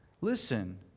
Listen